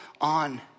on